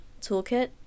toolkit